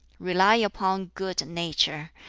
rely upon good nature.